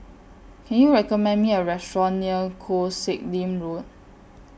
Can YOU recommend Me A Restaurant near Koh Sek Lim Road